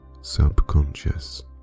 subconscious